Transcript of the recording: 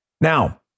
Now